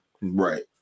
Right